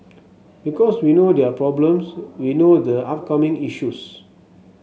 because we know their problems we know the upcoming issues